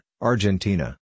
Argentina